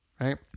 right